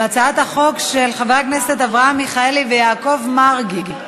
על הצעת החוק של חברי הכנסת אברהם מיכאלי ויעקב מרגי.